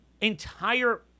entire